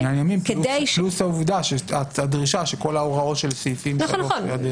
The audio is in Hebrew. זה מניין ימים פלוס הדרישה שכל ההוראות של סעיפים 3 עד --- נכון,